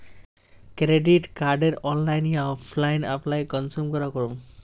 Credit कार्डेर online या offline apply कुंसम करे करूम?